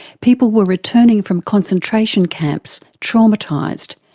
people were returning from concentration camps traumatised,